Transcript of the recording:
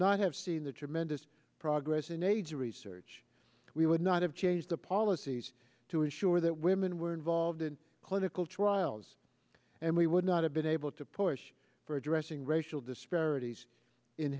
not have seen the tremendous progress in age of research we would not have changed the policies to ensure that women were involved in clinical trials and we would not have been able to push for addressing racial disparities in